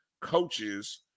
coaches